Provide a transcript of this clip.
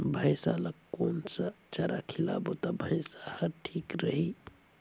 भैसा ला कोन सा चारा खिलाबो ता भैंसा हर ठीक रही?